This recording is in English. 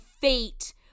fate